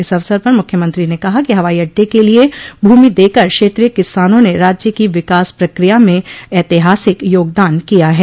इस अवसर पर मुख्यमंत्री ने कहा कि हवाई अड्डे के लिये भूमि देकर क्षेत्रीय किसानों ने राज्य की विकास प्रक्रिया में ऐतिहासिक योगदान किया है